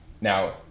Now